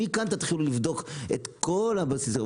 מכאן תתחילו לבדוק את כל הבסיס,